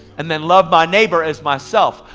and then love my neighbor as myself.